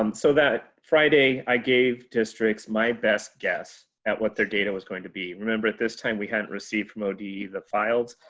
um so that friday i gave districts my best guess at what their data was going to be. remember at this time we hadn't received from ode the the files,